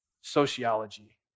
sociology